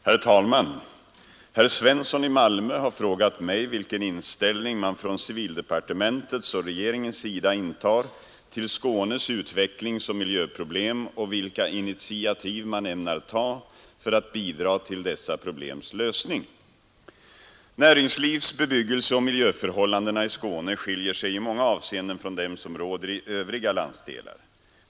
Herr talman! Herr Svensson i Malmö har frågat mig vilken inställning man från civildepartementets och regeringens sida intar till Skånes utvecklingsoch miljöproblem och vilka initiativ man ämnar ta för att bidra till dessa problems lösning. Näringslivs-, bebyggelseoch miljöförhållandena i Skåne skiljer sig i många avseenden från dem som råder i övriga landsdelar.